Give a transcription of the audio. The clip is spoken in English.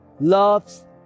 loves